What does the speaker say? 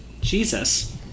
Jesus